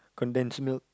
conventional